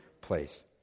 place